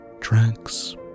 Tracks